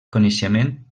coneixement